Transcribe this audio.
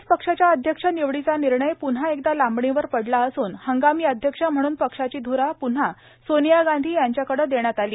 कॉग्रेस पक्षाच्या अध्यक्ष निवडीचा निर्णय पून्हा एकदा लांबणीवर पडला असून हंगामी अध्यक्ष म्हणून पक्षाची ध्रा प्न्हा सोनिया गांधी यांच्याकडे देण्यात आली